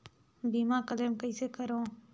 बीमा क्लेम कइसे करों?